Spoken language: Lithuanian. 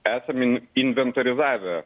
esame inventorizavę